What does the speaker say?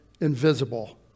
invisible